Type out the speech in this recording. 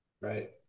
Right